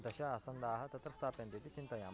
दश आसन्दाः तत्र स्थाप्यन्ते इति चिन्तयामः